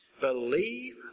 believe